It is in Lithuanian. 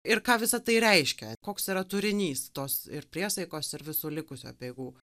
ir ką visa tai reiškia koks yra turinys tos ir priesaikos ir visų likusių apeigų